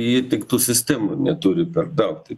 jie tik tų sistemų neturi per daug tai